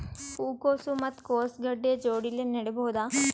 ಹೂ ಕೊಸು ಮತ್ ಕೊಸ ಗಡ್ಡಿ ಜೋಡಿಲ್ಲೆ ನೇಡಬಹ್ದ?